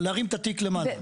להרים את התיק למעלה.